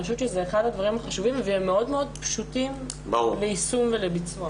אני חושבת שזה אחד הדברים החשובים ומאוד מאוד פשוט ליישום ולביצוע.